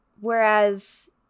whereas